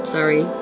Sorry